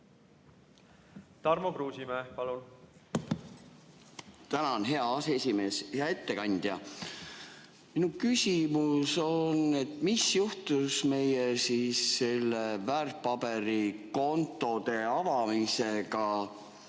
Tarmo Kruusimäe, palun! Tänan, hea aseesimees! Hea ettekandja! Minu küsimus on, et mis juhtus meie väärtpaberikontode avamisega.